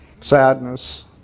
sadness